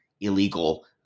illegal